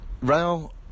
rail